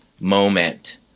moment